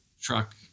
truck